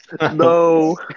No